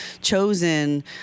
chosen